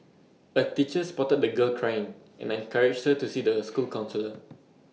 A teacher spotted the girl crying and encouraged her to see the school counsellor